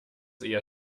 eher